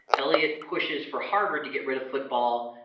elliot pushes for harvard to get rid of football,